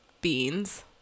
beans